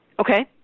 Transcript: Okay